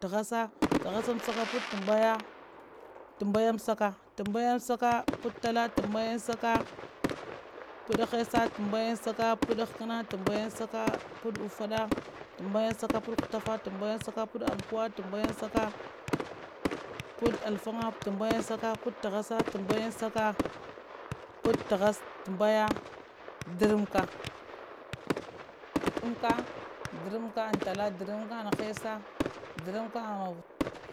Tahassanmsaka patt tambaya, tambayanmsaka, tambayanmsaka patt talla, tambayanmsaka patt hessa, tambayanmsaka patt ghakkana, tambayanmsaka patt uffada, tambayanmsaka patt ghuttafa, tambayanmsaka patt ammkuwa, tambayanmsaka patt alfang, tambayanmsaka patt tahassa, tambayanmsaka patt tambaya, darammkah, darammka an talla, drammka an hessa, drammka an